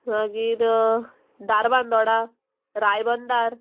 मागीर दारबांदोडा रायबंदार